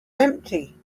empty